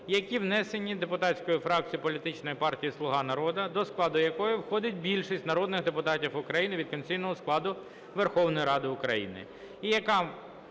які внесені депутатською фракцією політичної партії "Слуга народу", до складу якої входить більшість народних депутатів України від конституційного складу Верховної Ради України